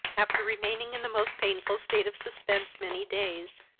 after remaining in the most painful state of suspense many days,